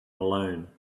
alone